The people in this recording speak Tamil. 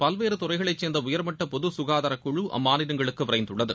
பல்வேறு துறைகளை சேர்ந்த உயர்மட்ட பொது சுகாதாரக் குழு அம்மாநிலங்களுக்கு விரைந்துள்ளது